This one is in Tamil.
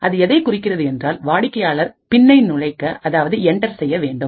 அது எதைக் குறிக்கிறது என்றால் வாடிக்கையாளர் பின்னை நுழைக்க அதாவது என்டர் செய்ய வேண்டும்